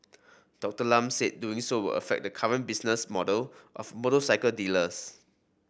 Dr Lam said doing so will affect the current business model of motorcycle dealers